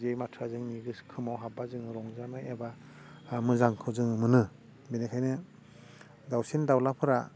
जे माथोआ जोंनि गोसो खोमायाव हाब्बा जोङो रंजानाय एबा मोजांखौ जोङो मोनो बेनिखायनो दावसिन दावलाफ्रा